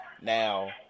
now